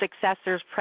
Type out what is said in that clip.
successors